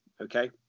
Okay